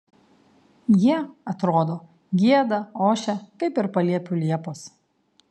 jie atrodo gieda ošia kaip ir paliepių liepos